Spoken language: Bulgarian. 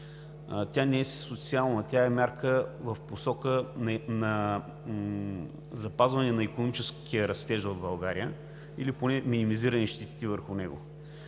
Тя не е социална, тя е мярка в посока на запазване на икономическия растеж в България или поне на минимизиране на щетите върху него.